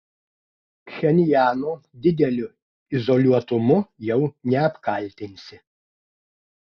pchenjano dideliu izoliuotumu jau neapkaltinsi